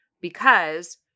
because-